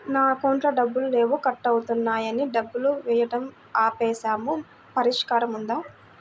నా అకౌంట్లో డబ్బులు లేవు కట్ అవుతున్నాయని డబ్బులు వేయటం ఆపేసాము పరిష్కారం ఉందా?